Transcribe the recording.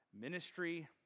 ministry